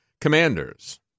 commanders